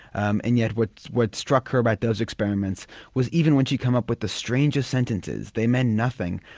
um and yet what what struck her about those experiments was even when she came up with the strangest sentences, they meant nothing,